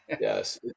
Yes